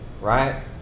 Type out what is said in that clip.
right